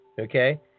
okay